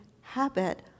habit